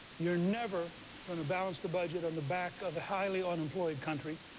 you're never going to balance the budget on the back of a highly unemployed country.